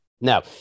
No